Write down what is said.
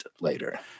later